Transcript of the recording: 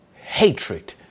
hatred